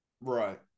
Right